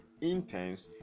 intense